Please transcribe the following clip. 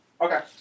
Okay